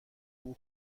اون